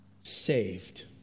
saved